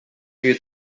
you